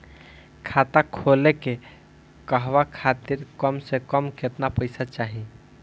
खाता खोले के कहवा खातिर कम से कम केतना पइसा चाहीं?